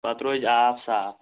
پَتہٕ روزِ آب صاف